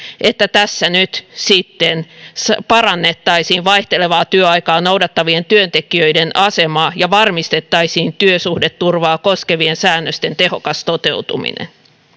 että tässä nyt sitten parannettaisiin vaihtelevaa työaikaa noudattavien työntekijöiden asemaa ja varmistettaisiin työsuhdeturvaa koskevien säännösten tehokas toteutuminen